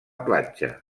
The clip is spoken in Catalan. platja